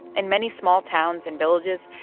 and many small towns and villages,